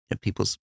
People's